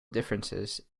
differences